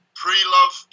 pre-love